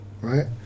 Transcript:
right